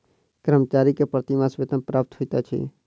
कर्मचारी के प्रति मास वेतन प्राप्त होइत अछि